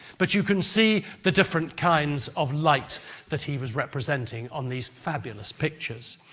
but you can see the different kinds of light that he was representing on these fabulous pictures.